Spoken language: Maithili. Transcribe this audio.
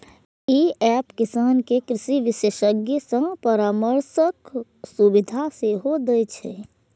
ई एप किसान कें कृषि विशेषज्ञ सं परामर्शक सुविधा सेहो दै छै